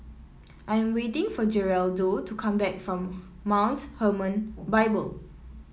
I am waiting for Geraldo to come back from Mount Hermon Bible